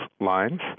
lines